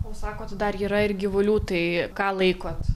o sakot dar yra ir gyvulių tai ką laikot